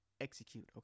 execute